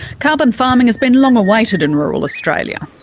carbon farming has been long awaited in rural australia.